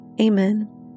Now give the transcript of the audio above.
Amen